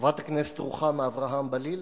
חברת הכנסת רוחמה אברהם-בלילא,